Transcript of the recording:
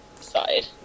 side